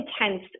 intense